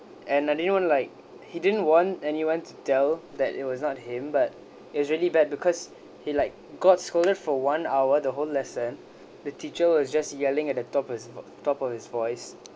and I didn't even like he didn't want anyone to tell that it was not him but it was really bad because he like got scolded for one hour the whole lesson the teacher was just yelling at the top his top of his voice